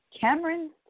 Cameron